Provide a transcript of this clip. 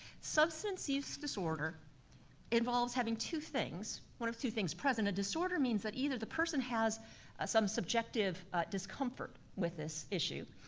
substance use disorder involves having two things, one of two things present. a disorder means that either the person has some subjective discomfort with this issue